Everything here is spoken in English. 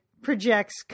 Projects